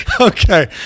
okay